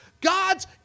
God's